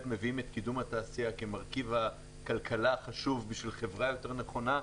מביאים את קידום התעשייה כמרכיב הכלכלה החשוב בשביל חברה יותר נכונה,